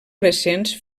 recents